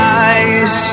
eyes